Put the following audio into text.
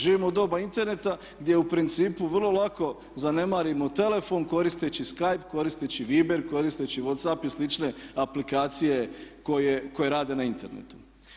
Živimo u doba Interneta gdje u principu vrlo lako zanemarimo telefon koristeći skype koristeći viber koristeći whatsapp i slične aplikacije koje rade na internetu.